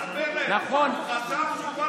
דוד אמסלם (הליכוד): הוא חשב שהוא,